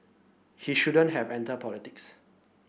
he shouldn't have entered politics